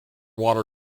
water